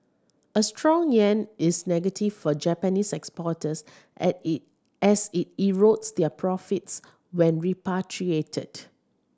a strong yen is negative for Japanese exporters add it as it erodes their profits when repatriated